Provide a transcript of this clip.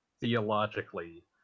theologically